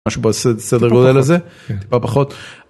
משהו בסדר גודל הזה, טיפה פחות.